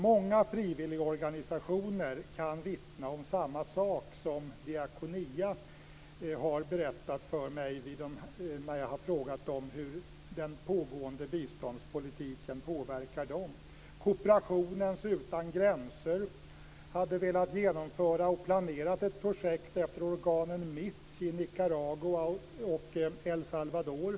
Många frivilligorganisationer kan vittna om samma sak som Diakonia har berättat om för mig när jag har frågat hur den pågående biståndspolitiken påverkar dem. Kooperationen Utan Gränser hade velat genomföra, och har planerat, ett projekt efter orkanen Mitch i Nicaragua och El Salvador.